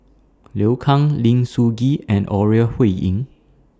Liu Kang Lim Sun Gee and Ore Huiying